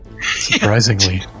Surprisingly